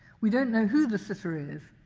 we don't know who the sitter is,